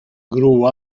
grew